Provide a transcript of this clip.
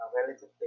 relatively